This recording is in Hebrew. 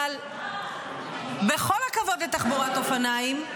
אבל בכל הכבוד לתחבורת אופניים,